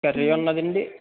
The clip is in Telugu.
కర్రీ ఉన్నాదండి